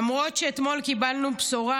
למרות שאתמול קיבלנו בשורה,